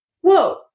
Whoa